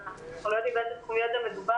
אנחנו לא יודעים על איזה תחום ידע מדובר,